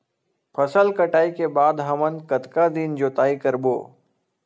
फसल कटाई के बाद हमन कतका दिन जोताई करबो?